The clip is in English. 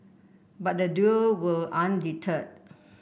but the duo were undeterred